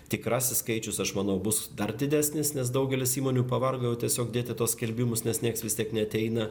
tikrasis skaičius aš manau bus dar didesnis nes daugelis įmonių pavargo jau tiesiog dėti tuos skelbimus nes nieas vis tiek neateina